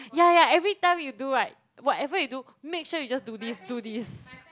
ya ya everytime you do right whatever you do make sure you just do this do this